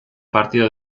partido